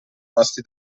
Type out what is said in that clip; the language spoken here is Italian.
vasti